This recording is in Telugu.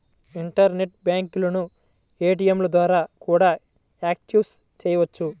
ఇంటర్నెట్ బ్యాంకులను ఏటీయంల ద్వారా కూడా యాక్సెస్ చెయ్యొచ్చు